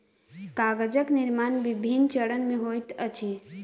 कागजक निर्माण विभिन्न चरण मे होइत अछि